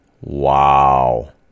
Wow